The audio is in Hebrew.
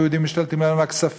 היהודים משתלטים לנו על הכספים,